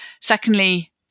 secondly